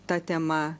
ta tema